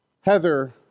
Heather